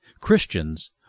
Christians